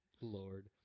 lord